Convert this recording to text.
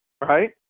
Right